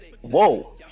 Whoa